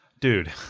Dude